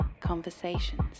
conversations